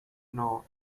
know